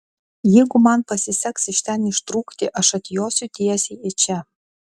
jeigu man pasiseks iš ten ištrūkti aš atjosiu tiesiai į čia